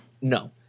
no